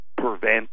prevent